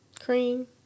Cream